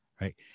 right